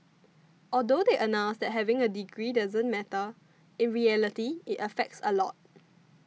although they announced that having a degree doesn't matter in reality it affects a lot